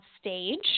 stage